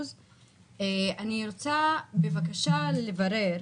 אני רוצה בבקשה לברר